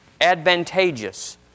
advantageous